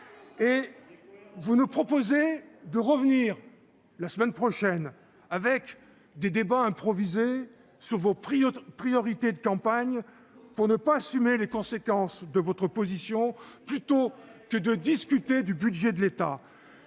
Et vous nous proposez de revenir la semaine prochaine pour des débats improvisés sur vos priorités de campagne, sans assumer les conséquences de votre position, plutôt que de discuter du budget de l'État.